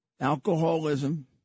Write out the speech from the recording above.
alcoholism